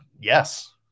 Yes